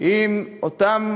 עם אותם